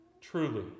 Truly